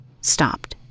stopped